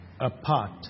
apart